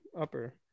upper